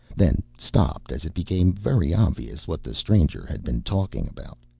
then stopped as it became very obvious what the stranger had been talking about.